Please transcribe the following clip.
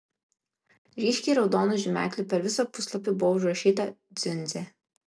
ryškiai raudonu žymekliu per visą puslapį buvo užrašyta dziundzė